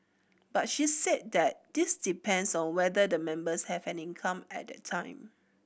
but she said that this depends on whether the members have an income at that time